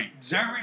Jerry